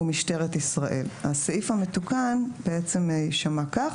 ומשטרת ישראל"." הסעיף המתוקן יישמע כך: